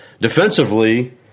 Defensively